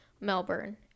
Melbourne